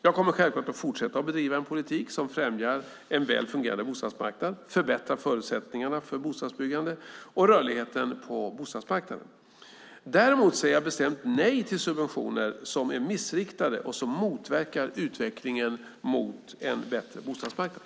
Jag kommer självklart att fortsätta att bedriva en politik som främjar en väl fungerande bostadsmarknad, förbättrar förutsättningarna för bostadsbyggande och rörligheten på bostadsmarknaden. Däremot säger jag bestämt nej till subventioner som är missriktade och motverkar utvecklingen mot en bättre bostadsmarknad.